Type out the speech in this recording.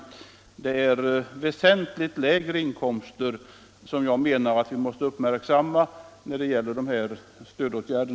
Vi måste uppmärksamma väsentligt lägre inkomster när det gäller dessa stödåtgärder.